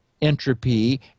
entropy